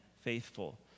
faithful